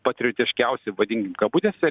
patriotiškiausi vadinkim kabutėse